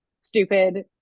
stupid